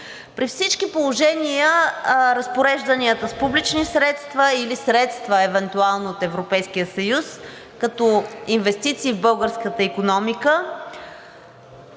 При всички положения разпорежданията с публични средства или средства евентуално от Европейския съюз като инвестиции в българската икономика